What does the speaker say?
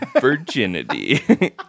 virginity